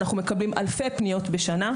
אנחנו מקבלים אלפי פניות בשנה.